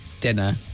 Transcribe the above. dinner